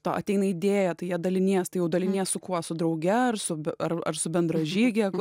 to ateina idėja tai ja dalinies tai jau dalinies su kuo su drauge ar su ar ar su bendražyge